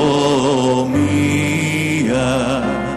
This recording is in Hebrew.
(שירת "התקווה")